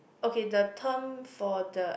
okay the term for the